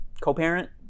Co-parent